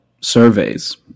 surveys